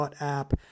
.app